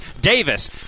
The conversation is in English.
Davis